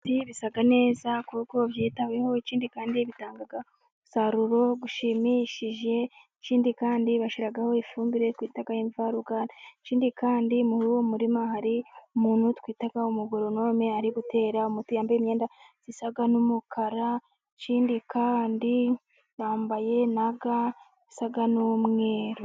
Ibi bisa neza kuko byitaweho ,ikindi kandi bitanga umusaruro ushimishije, ikindi kandi bashyiraho ifumbire ryitwa imvaruganda, ikindi kandi muri uwo murima hari umuntu twita umugorenome ,ari gutera umuti yambaye imyenda isa n'umukara ,ikindi kandi yambaye na ga isa n'umweru.